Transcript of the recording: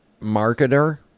marketer